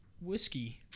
whiskey